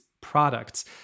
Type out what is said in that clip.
products